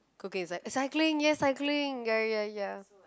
okay it's like cycling ya cycling ya ya ya